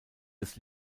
des